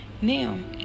Now